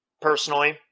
personally